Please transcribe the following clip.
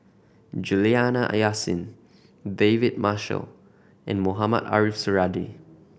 Juliana Yasin David Marshall and Mohamed Ariff Suradi